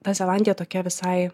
ta zelandija tokia visai